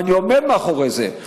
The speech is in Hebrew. ואני עומד מאחורי זה,